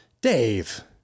Dave